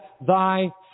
thy